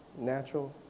natural